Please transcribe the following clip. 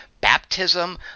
baptism